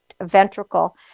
ventricle